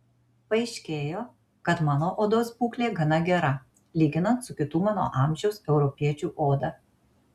paaiškėjo kad mano odos būklė gana gera lyginant su kitų mano amžiaus europiečių oda